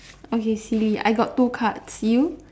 okay silly I got two cards you